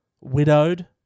widowed